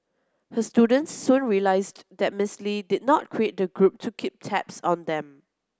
her students soon realised that Miss Lee did not create the group to keep tabs on them